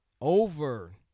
over